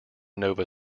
nova